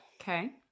Okay